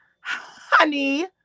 honey